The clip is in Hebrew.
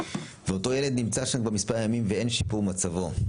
ואותו ילד נמצא שם כבר מספר ימים ואין שיפור במצבו.